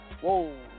whoa